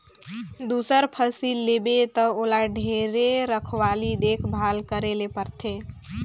दूसर फसिल लेबे त ओला ढेरे रखवाली देख भाल करे ले परथे